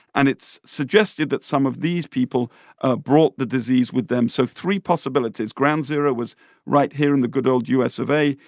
and it's suggested that some of these people ah brought the disease with them so three possibilities ground zero was right here in the good old u s. of a.